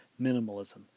minimalism